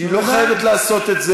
והיא לא חייבת לעשות אותה,